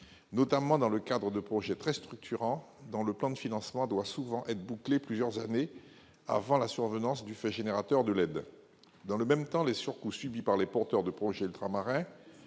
notamment les projets très structurants, dont le plan de financement doit souvent être bouclé plusieurs années avant la survenance du fait générateur de l'aide. Dans le même temps, les surcoûts subis par les porteurs de projets ultramarins,